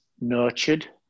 nurtured